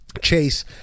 Chase